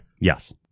Yes